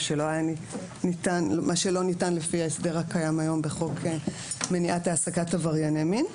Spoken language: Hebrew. מה שלא ניתן לפי ההסדר הקיים היום בחוק למניעת העסקת עברייני מין.